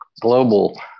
global